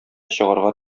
чыгарга